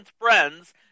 Friends